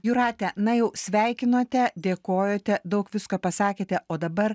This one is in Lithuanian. jūrate na jau sveikinote dėkojote daug visko pasakėte o dabar